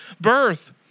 birth